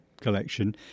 collection